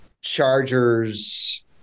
Chargers